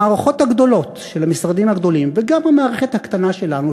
המערכות הגדולות של המשרדים הגדולים וגם המערכת הקטנה שלנו,